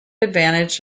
advantage